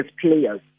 players